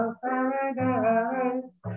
paradise